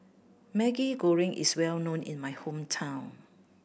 Maggi Goreng is well known in my hometown